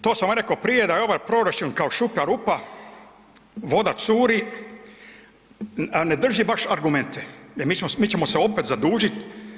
To sam rekao prije da je ovaj proračun kao šuplja rupa, voda curi, ne drži baš argumente jer mi ćemo se opet zadužiti.